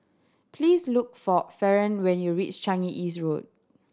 please look for Faron when you reach Changi East Road